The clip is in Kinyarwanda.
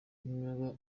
imyuga